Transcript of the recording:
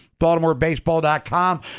BaltimoreBaseball.com